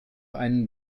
einen